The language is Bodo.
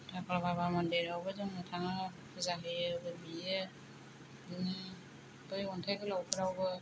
फाग्ला बाबा मन्दिरावबो जोङो थाङो फुजा होयो बोर बियो बिदिनो बै अन्थाय गोलावफोरावबो